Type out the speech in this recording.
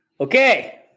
Okay